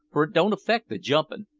for it don't affect the jumpin'.